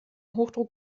hochdruck